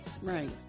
Right